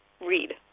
read